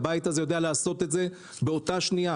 הבית הזה יודע לעשות את זה בתוך שנייה.